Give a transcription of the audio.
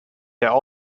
der